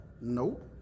Nope